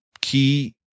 key